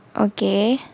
okay